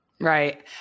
right